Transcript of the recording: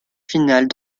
finale